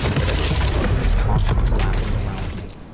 but everyone continues talking and laughing around me,